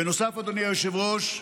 בנוסף, אדוני היושב-ראש,